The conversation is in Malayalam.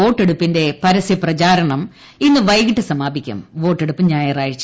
വോട്ടെടുപ്പിന്റെ പരസ്യപ്രചാരണം ഇന്ന് വൈകിട്ട് സമാപിക്കും വോട്ടെടുപ്പ് ഞായറാഴ്ച